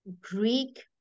Greek